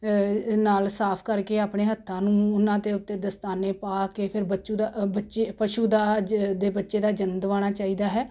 ਨਾਲ ਸਾਫ ਕਰਕੇ ਆਪਣੇ ਹੱਥਾਂ ਨੂੰ ਉਹਨਾਂ ਦੇ ਉੱਤੇ ਦਸਤਾਨੇ ਪਾ ਕੇ ਫਿਰ ਬੱਚੂ ਦਾ ਬੱਚੇ ਪਸ਼ੂ ਦਾ ਜ ਦੇ ਬੱਚੇ ਦਾ ਜਨਮ ਦਿਵਾਉਣਾ ਚਾਹੀਦਾ ਹੈ